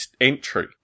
entry